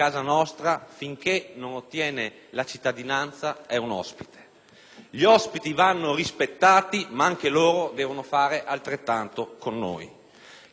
Non ci sarà più posto, in questo Paese, per gli immigrati che non rispettano le nostre leggi, che non si vogliono integrare e che vivono di criminalità.